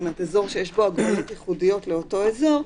זאת אומרת אזור שיש בו הגבלות ייחודיות לאותו אזור,